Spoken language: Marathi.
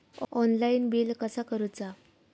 ऑनलाइन बिल कसा करुचा?